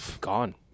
gone